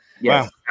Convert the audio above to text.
yes